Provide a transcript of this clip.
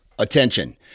Attention